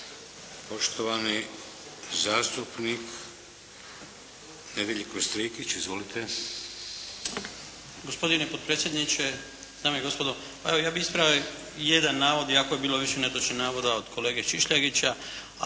Poštovani zastupnik Nedjeljko Strikić. Izvolite. **Strikić, Nedjeljko (HDZ)** Gospodine potpredsjedniče, dame i gospodo, evo ja bih ispravio jedan navod, iako je bilo više netočnih navoda od kolege Šišljagića,